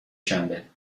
شنبه